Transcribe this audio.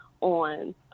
on